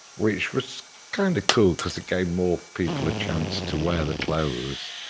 which was kind of cool because it gave more people a chance to wear the clothes.